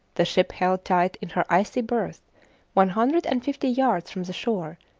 the ship held tight in her icy berth one hundred and fifty yards from the shore,